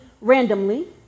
randomly